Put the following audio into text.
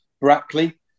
Brackley